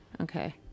Okay